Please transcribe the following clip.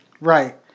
Right